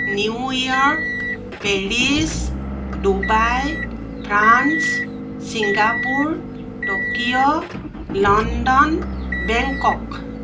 New York Paris Dubai France Singapore Tokyo London Bangkok